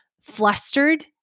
flustered